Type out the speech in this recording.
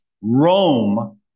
Rome